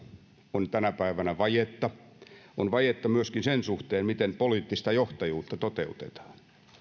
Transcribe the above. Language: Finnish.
on tänä päivänä vajetta on vajetta myöskin sen suhteen miten poliittista johtajuutta toteutetaan